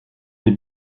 des